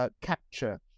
capture